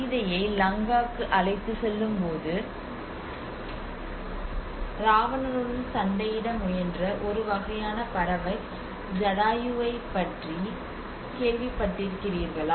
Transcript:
சீதையை லங்காவுக்கு அழைத்துச் செல்லும்போது ராவணனுடன் சண்டையிட முயன்ற ஒரு வகையான பறவை ஜடாயுவைப் பற்றி கேள்விப்பட்டிருக்கிறீர்களா